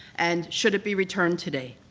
and should it be returned today?